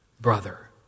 brother